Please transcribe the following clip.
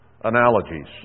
analogies